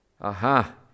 Aha